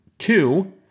Two